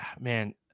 man